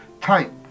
Type